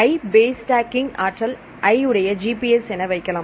i base stacking ஆற்றல் i உடைய Gbs என வைக்கலாம்